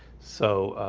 so